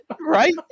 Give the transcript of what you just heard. Right